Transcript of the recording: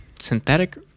Synthetic